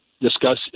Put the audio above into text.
discuss